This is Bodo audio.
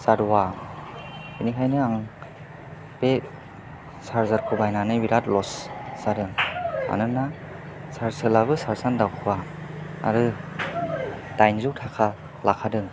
जाद'वा बिनिखायनो आं बे चार्जार खौ बायनानै बिराथ लस जादों मानोना चार्ज होब्लाबो चार्ज आनो दावखोआ आरो दाइनजौ थाखा लाखादों